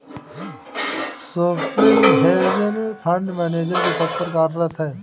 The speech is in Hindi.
स्वप्निल हेज फंड मैनेजर के पद पर कार्यरत है